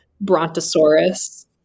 Brontosaurus